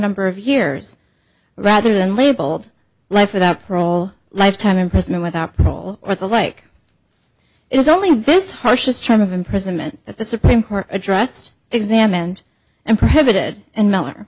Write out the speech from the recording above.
number of years rather than labeled life without parole lifetime in prison without parole or the like it was only this harshest term of imprisonment that the supreme court addressed examined and prohibited and mill